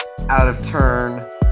out-of-turn